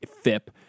FIP